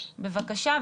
בבקשה,